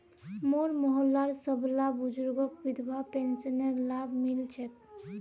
मोर मोहल्लार सबला बुजुर्गक वृद्धा पेंशनेर लाभ मि ल छेक